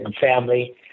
family